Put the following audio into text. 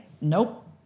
nope